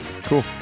Cool